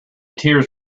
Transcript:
tears